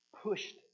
pushed